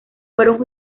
fueron